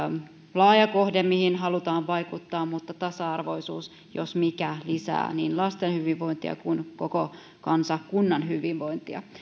laaja kohde mihin halutaan vaikuttaa mutta tasa arvoisuus jos mikä lisää niin lasten hyvinvointia kuin koko kansakunnan hyvinvointia